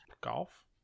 Golf